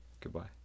Goodbye